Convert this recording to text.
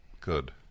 good